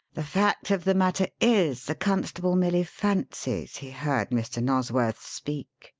the fact of the matter is the constable merely fancies he heard mr. nosworth speak.